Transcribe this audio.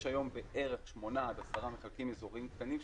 יש היום בערך 10-8 מחלקים אזוריים קטנים,